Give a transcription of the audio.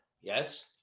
Yes